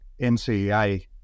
NCEA